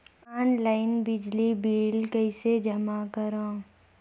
Online बिजली bill कइसे जमा करव?